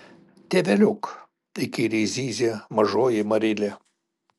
tėveliuk įkyriai zyzė mažoji marilė